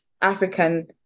African